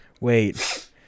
wait